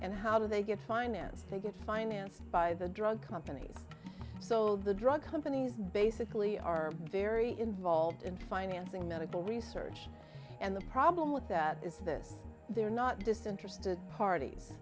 and how do they get financed think it financed by the drug companies so the drug companies basically are very involved in financing medical research and the problem with that is this they're not just interested parties